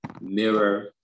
mirror